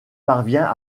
parvient